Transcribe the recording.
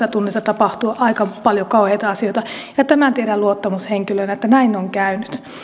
puolessa tunnissa ehtii tapahtua aika paljon kauheita asioita ja tämän tiedän luottamushenkilönä että näin on käynyt